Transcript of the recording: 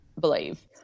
believe